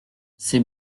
ces